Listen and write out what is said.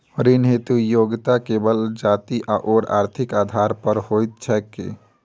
ऋण हेतु योग्यता केवल जाति आओर आर्थिक आधार पर होइत छैक की?